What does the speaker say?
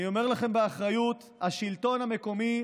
אני אומר לכם באחריות: השלטון המקומי,